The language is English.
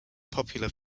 popular